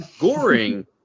Goring